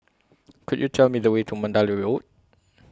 Could YOU Tell Me The Way to Mandalay Road